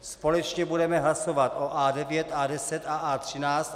Společně budeme hlasovat o A9, A10 a A13.